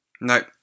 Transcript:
No